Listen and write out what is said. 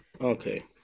Okay